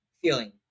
feeling